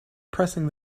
pressing